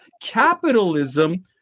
capitalism